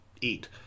eat